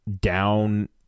down